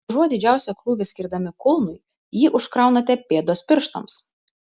užuot didžiausią krūvį skirdami kulnui jį užkrauname pėdos pirštams